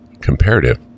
comparative